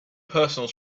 personal